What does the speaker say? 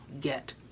get